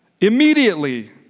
Immediately